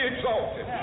exalted